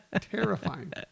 Terrifying